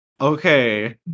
okay